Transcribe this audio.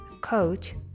coach